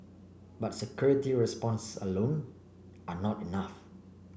but security response alone are not enough